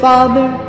Father